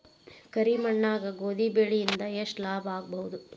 ಕರಿ ಮಣ್ಣಾಗ ಗೋಧಿ ಬೆಳಿ ಇಂದ ಎಷ್ಟ ಲಾಭ ಆಗಬಹುದ?